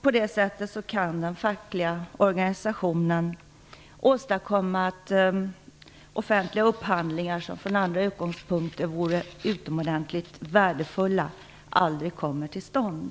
På det sättet kan den fackliga organisationen åstadkomma att offentliga upphandlingar som utifrån andra utgångspunkter vore utomordentligt värdefulla aldrig kommer till stånd.